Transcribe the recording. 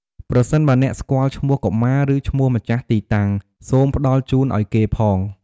ប្រសិនបើអ្នកស្គាល់ឈ្មោះកុមារ ឬឈ្មោះម្ចាស់ទីតាំង សូមផ្ដល់ជូនអោយគេផង។